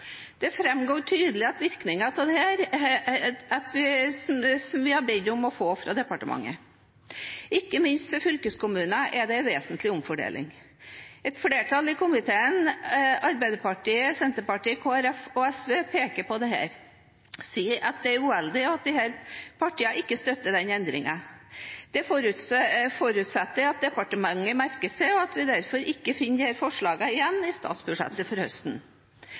Det framgår tydelig av virkningseffektene vi har bedt om å få beregnet fra departementet. Ikke minst for fylkeskommunene er det en vesentlig omfordeling. Et flertall i komiteen – Arbeiderpartiet, Senterpartiet, Kristelig Folkeparti og SV – påpeker dette og sier det er uheldig og at disse partiene ikke støtter endringen. Det forutsetter jeg at departementet merker seg, og at vi derfor ikke finner dette forslaget igjen i statsbudsjettet til høsten.